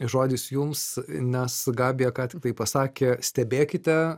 žodis jums nes gabija ką tiktai pasakė stebėkite